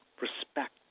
respect